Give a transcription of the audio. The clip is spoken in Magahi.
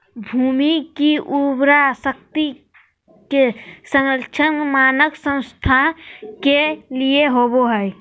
भूमि की उर्वरा शक्ति के संरक्षण मानव स्वास्थ्य के लिए होबो हइ